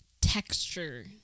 texture